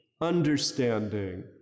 understanding